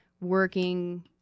working